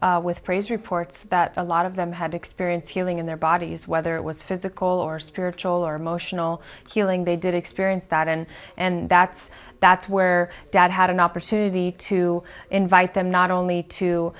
with praise reports about a lot of them had experience healing in their bodies whether it was physical or spiritual or emotional healing they did experience that and and that's that's where dad had an opportunity to invite them not only